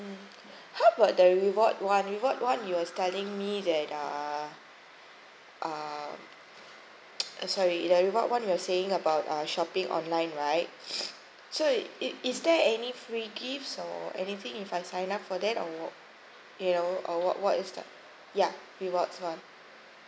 mm how about the reward one reward one you're telling me that uh uh sorry the reward one you're saying about uh shopping online right so is is there any free gifts or anything if I sign up for that or you know what what is the ya rewards one